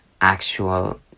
actual